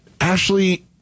Ashley